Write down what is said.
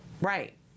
Right